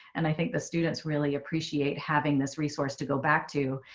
and i think the students really appreciate having this resource to go back to.